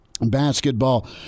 basketball